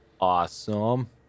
Awesome